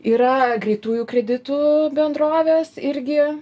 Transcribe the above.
yra greitųjų kreditų bendrovės irgi